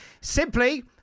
simply